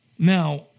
Now